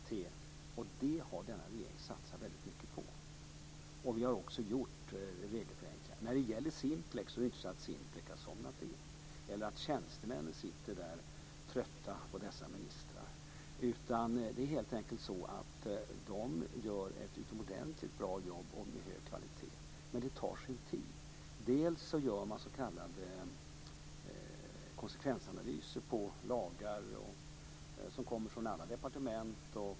Det har denna regering satsat väldigt mycket på. Den har också gjort regelförenklingar. Simplex har ju inte somnat in, och tjänstemännen sitter inte där och är trötta på ministrarna. Det är helt enkelt så att Simplex gör ett utomordentligt bra jobb av hög kvalitet. Men det tar sin tid. Man gör bl.a. s.k. konsekvensanalyser av lagar och förordningar som kommer från alla departement.